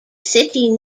city